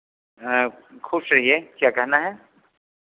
खुश रहिए क्या कहना है